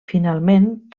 finalment